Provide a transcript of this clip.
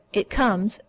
it comes,